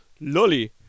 Lolly